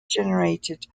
generated